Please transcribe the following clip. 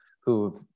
who've